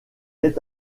est